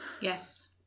Yes